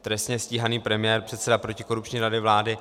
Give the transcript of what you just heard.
Trestně stíhaný premiér předsedou protikorupční rady vlády.